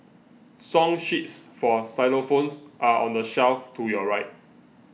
song sheets for xylophones are on the shelf to your right